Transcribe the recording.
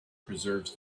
preserves